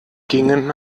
gingen